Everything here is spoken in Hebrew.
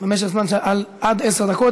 במשך זמן עד עשר דקות.